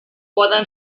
poden